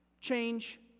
change